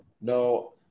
no